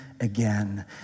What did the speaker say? again